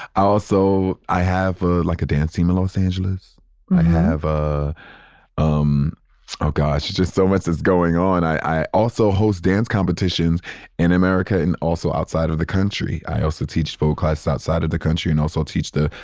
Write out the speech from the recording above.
also, i have ah like a dance team in los angeles. i have. ah um oh gosh. it's just so much is going on. and i also host dance competitions in america and also outside of the country. i also teach full classes outside of the country and also teach the,